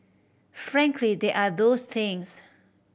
frankly there are those things